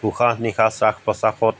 উশাহ নিশাহ শ্বাস প্ৰশ্বাসত